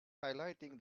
highlighting